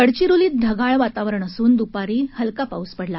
गडचिरोलीत ढगाळ वातावरण असून द्पारी हलका पाऊस पडला